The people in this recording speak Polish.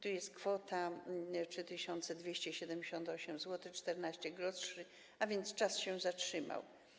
To jest kwota 3278,14 zł, a więc czas się zatrzymał.